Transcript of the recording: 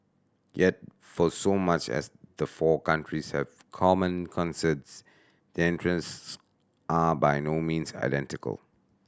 yet for so much as the four countries have common concerns their interests are by no means identical